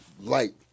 light